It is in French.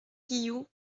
guillou